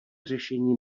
řešení